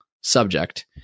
subject